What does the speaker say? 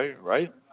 right